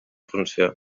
funció